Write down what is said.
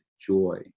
joy